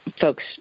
folks